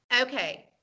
Okay